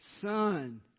Son